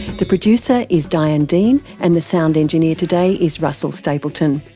the producer is diane dean and the sound engineer today is russell stapleton.